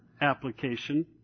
application